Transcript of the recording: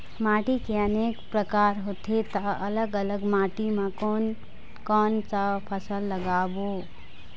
माटी के अनेक प्रकार होथे ता अलग अलग माटी मा कोन कौन सा फसल लगाबो?